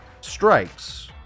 strikes